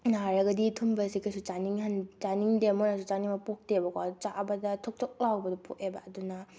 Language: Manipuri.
ꯅꯥꯔꯒꯗꯤ ꯑꯊꯨꯝꯕꯁꯤ ꯀꯩꯁꯨ ꯆꯥꯅꯤꯡꯗꯦ ꯃꯣꯏꯅꯁꯨ ꯆꯥꯅꯤꯡꯕ ꯄꯣꯛꯇꯦꯕꯀꯣ ꯆꯥꯕꯗ ꯊꯨꯛ ꯊꯨꯛ ꯂꯥꯎꯕꯗꯣ ꯄꯣꯛꯑꯦꯕ ꯑꯗꯨꯅ